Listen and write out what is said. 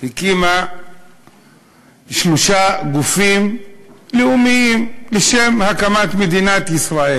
הקימה שלושה גופים לאומיים לשם הקמת מדינת ישראל.